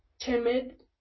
timid